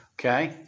Okay